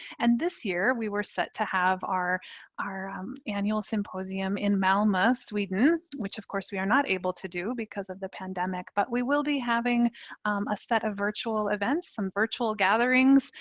and this year we were set to have our our annual symposium in malmo, sweden. which of course we are not able to do because of the pandemic. but we will be having a set of virtual events, some virtual gatherings.